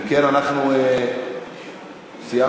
השיטה הזאת לא יכולה